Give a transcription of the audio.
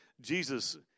Jesus